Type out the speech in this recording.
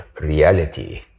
reality